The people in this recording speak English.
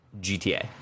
GTA